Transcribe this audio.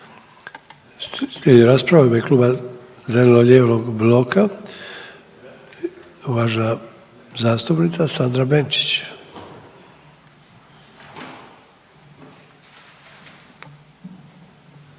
Slijedi rasprava u ime Kluba zeleno-lijevog bloka, uvažena zastupnica Sandra Benčić.